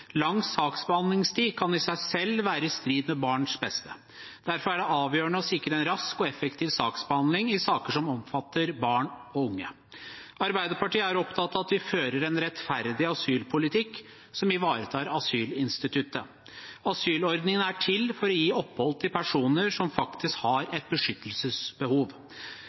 Lang saksbehandlingstid kan i seg selv være i strid med barns beste. Derfor er det avgjørende å sikre en rask og effektiv saksbehandling i saker som omfatter barn og unge. Arbeiderpartiet er opptatt av at vi fører en rettferdig asylpolitikk som ivaretar asylinstituttet. Asylordningen er til for å gi opphold til personer som faktisk har et beskyttelsesbehov.